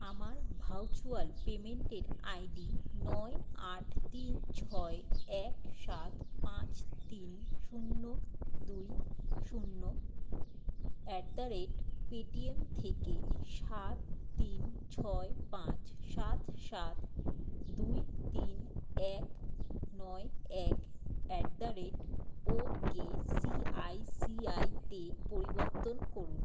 আমার ভারচুয়াল পেমেন্টের আইডি নয় আট তিন ছয় এক সাত পাঁচ তিন শূন্য দুই শূন্য অ্যাট দ্য রেট পেটিএম থেকে সাত তিন ছয় পাঁচ সাত সাত দুই তিন এক নয় এক at the rate O K I C I C আইতে পরিবর্তন করুন